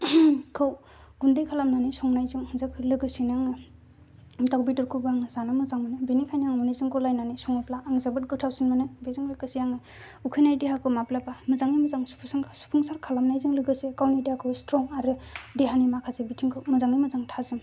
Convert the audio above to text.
खौ गुन्दै खालामनानै संनाय जों लोगोसेनो आङो दाउ बेदरखौबो आङो जानो मोजां बेनि खायनो आं अनलाजों गलायनानै सङोब्ला आं जोबोत गोथावसो मोनो बेजों लोगोसे आं उखैनाय देहाखौ माब्लाबा मोजां मोजां सिफुंसार खालामनायजोन लोगोसे गावनि देहाखौ स्त्रं आरो देहानि माखासे बिथिंखौ मोजाङै मोजां